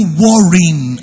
worrying